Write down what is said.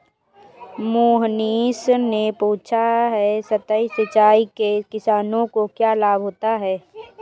मोहनीश ने पूछा कि सतही सिंचाई से किसानों को क्या लाभ होता है?